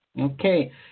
Okay